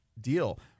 deal